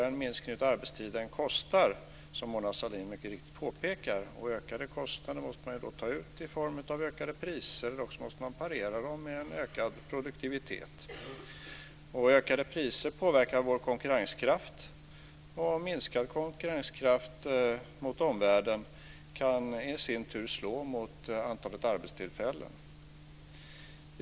En minskning av arbetstiden kostar, som Mona Sahlin mycket riktigt påpekar, och ökade kostnader måste man då ta ut i form av ökade priser eller så måste man parera dem med en ökad produktivitet. Ökade priser påverkar vår konkurrenskraft, och en minskad konkurrenskraft gentemot omvärlden kan i sin tur slå mot antalet arbetstillfällen.